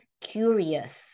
curious